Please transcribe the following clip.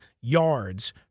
yards